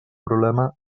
problema